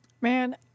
Man